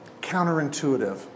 counterintuitive